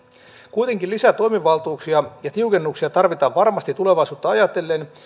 kuitenkin lisää toimivaltuuksia ja tiukennuksia tarvitaan varmasti tulevaisuutta ajatellen